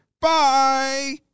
Bye